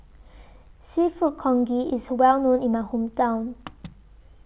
Seafood Congee IS Well known in My Hometown